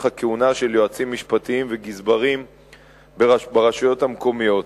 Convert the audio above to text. הכהונה של יועצים משפטיים וגזברים ברשויות המקומיות.